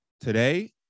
today